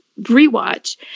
rewatch